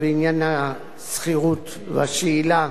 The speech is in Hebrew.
בעניין השכירות והשאילה,